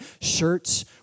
shirts